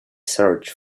search